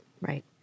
Right